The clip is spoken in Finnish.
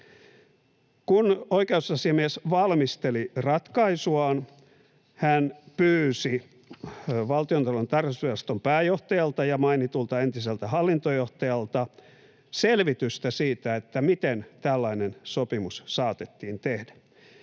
Kun oikeusasiamies valmisteli ratkaisuaan, hän pyysi Valtiontalouden tarkastusviraston pääjohtajalta ja mainitulta entiseltä hallintojohtajalta selvitystä siitä, miten tällainen sopimus saatettiin tehdä.